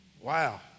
Wow